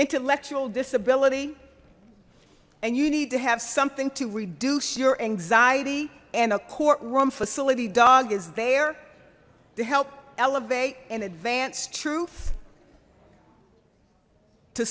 intellectual disability and you need to have something to reduce your anxiety and a courtroom facility dog is there to help elevate an advanced truth to